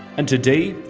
and today,